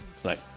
tonight